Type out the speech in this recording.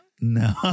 No